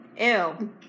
Ew